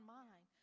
mind